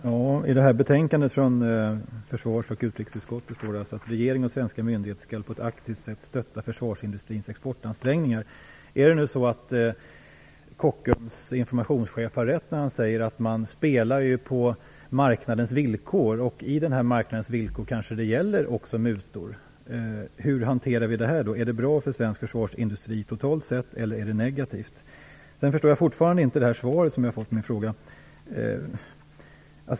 Herr talman! I betänkandet från utrikes och försvarsutskottet står det att regeringen och svenska myndigheter på ett aktivt sätt skall stötta försvarsindustrins exportansträngningar. Kockums informationschef säger att man spelar på marknadens villkor. Det kanske också innebär mutor. Hur hanterar vi i så fall det? Är det bra för svensk försvarsindustri totalt sett, eller är det negativt? Jag förstår fortfarande inte det svar jag har fått på min fråga.